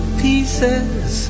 pieces